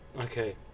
okay